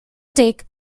take